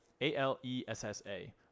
A-L-E-S-S-A